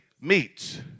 meets